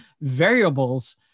variables